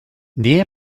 nea